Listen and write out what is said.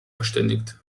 verständigt